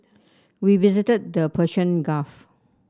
we visited the Persian Gulf